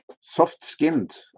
soft-skinned